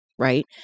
right